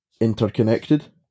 interconnected